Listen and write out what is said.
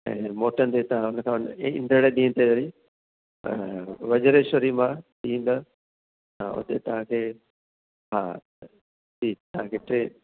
ऐं मोटंदे तव्हां उनखां ईंदड़ ॾींहं इते रही अ वज्रेश्वरी मां कीअं ईंदव हा उते तव्हांखे हा ठीकु तव्हांखे टे